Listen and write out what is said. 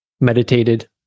meditated